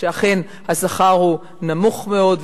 שאכן השכר הוא נמוך מאוד,